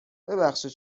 ببخشید